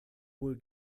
wohl